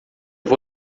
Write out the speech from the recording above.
vou